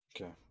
Okay